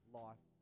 life